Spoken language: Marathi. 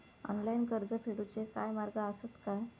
ऑनलाईन कर्ज फेडूचे काय मार्ग आसत काय?